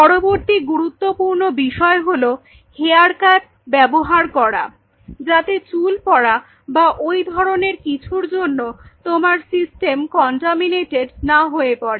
পরবর্তী গুরুত্বপূর্ণ বিষয় হলো হেয়ার ক্যাপ ব্যবহার করা যাতে চুল পড়া বা ওই ধরনের কিছুর জন্য তোমার সিস্টেম কন্টামিনাটেড না হয়ে পড়ে